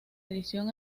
edición